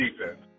defense